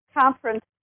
conference